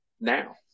now